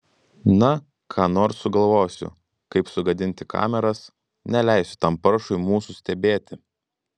na ką nors sugalvosiu kaip sugadinti kameras neleisiu tam paršui mūsų stebėti